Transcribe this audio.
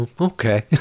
okay